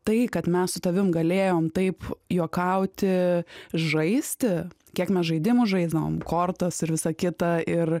tai kad mes su tavim galėjom taip juokauti žaisti kiek mes žaidimų žaisdavom kortos ir visa kita ir